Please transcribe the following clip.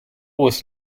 was